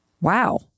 wow